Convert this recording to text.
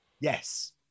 Yes